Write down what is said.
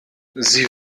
sie